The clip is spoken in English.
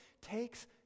takes